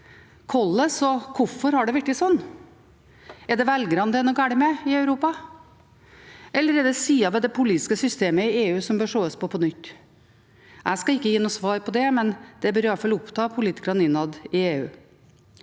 hvorfor har det blitt slik? Er det velgerne i Europa det er noe galt med, eller er det sider ved det politiske systemet i EU som bør ses på på nytt? Jeg skal ikke gi noe svar på det, men det bør i alle fall oppta politikerne innad i EU.